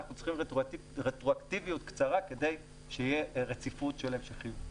אנחנו צריכים רטרואקטיביות קצרה כדי שתהיה רציפות של המשכיות.